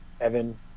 Evan